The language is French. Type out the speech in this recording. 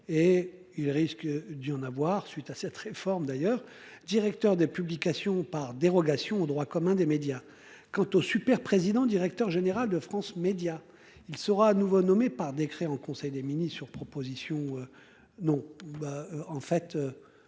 et il risque d'y en avoir, suite à cette réforme d'ailleurs, directeur des publications. Par dérogation au droit commun des médias. Quant au super président directeur général de France Médias. Il sera à nouveau nommé par décret en Conseil des mini-sur proposition. Non